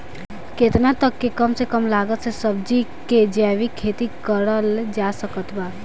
केतना तक के कम से कम लागत मे सब्जी के जैविक खेती करल जा सकत बा?